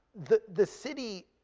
the the city,